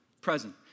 present